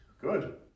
Good